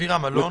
אבירם אלון,